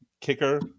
Kicker